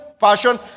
passion